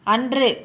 அன்று